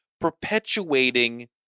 perpetuating